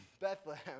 Bethlehem